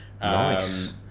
Nice